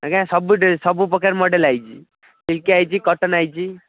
ଆଜ୍ଞା ସବୁ ସବୁ ପ୍ରକାର ମଡ଼େଲ ଆସିଛି ପିଙ୍କ ଆସିଛି କଟନ୍ ଆସିଛି